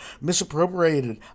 misappropriated